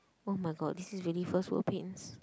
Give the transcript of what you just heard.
oh my god this is really first world pains